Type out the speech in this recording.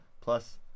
plus